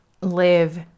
live